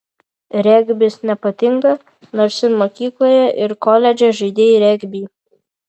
regbis nepatinka nors ir mokykloje ir koledže žaidei regbį